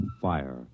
fire